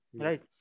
right